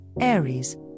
Aries